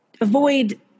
Avoid